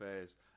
fast